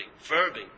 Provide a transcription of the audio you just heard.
verbing